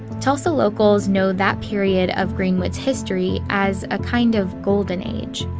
tulsa locals know that period of greenwood's history as a kind of golden age.